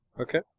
Okay